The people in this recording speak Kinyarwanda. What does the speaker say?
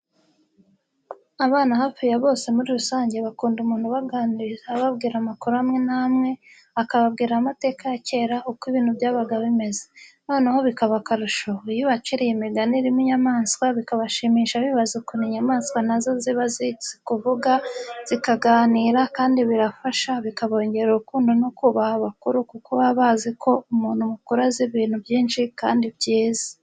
Abana hafi ya bose muri rusange bakunda umuntu ubaganiriza ababwira amakuru amwe n'amwe, akababwira amateka ya kera uko ibintu byabaga bimeze. Noneho bikaba akarusho iyo ubaciriye imigani irimo inyamanswa bikabashimisha bibaza ukuntu inyamanswa na zo ziba zizi kuvuga zikaganira, kandi birabafasha bikabongerera urukundo no kubaha abakuru kuko baba bazi ko umuntu mukuru azi ibintu byinshi kandi byiza.